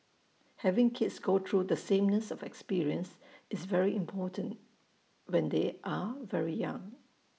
having kids go through the sameness of experience is very important when they are very young